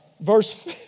Verse